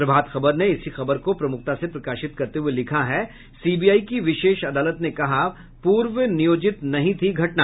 प्रभात खबर ने इस खबर को प्रमुखता से प्रकाशित करते हुए लिखा है सीबीआई की विशेष अदालत ने कहा पूर्व नियोजित नहीं थी घटना